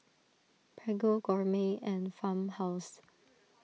Prego Gourmet and Farmhouse